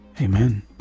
amen